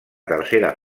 tercera